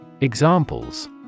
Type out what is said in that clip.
Examples